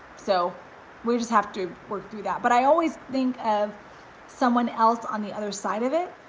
so we just have to work through that, but i always think of someone else on the other side of it,